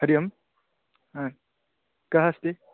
हरिः ओं हा कः अस्ति